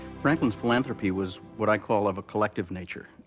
franklin's philanthropy was what i call of a collective nature.